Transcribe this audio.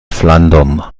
flandern